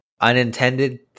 unintended